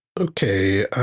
Okay